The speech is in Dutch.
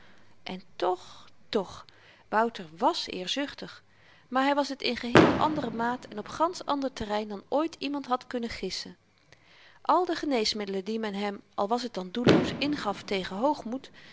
en toch toch wouter wàs eerzuchtig maar hy was het in geheel andere maat en op gansch ander terrein dan ooit iemand had kunnen gissen al de geneesmiddelen die men hem al was t dan doelloos ingaf tegen